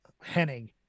Henning